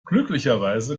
glücklicherweise